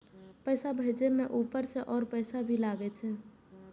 पैसा भेजे में ऊपर से और पैसा भी लगे छै?